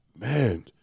Man